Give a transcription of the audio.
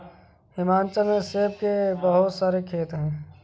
हिमाचल में सेब के बहुत सारे खेत हैं